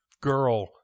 girl